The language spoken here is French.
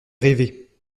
rêver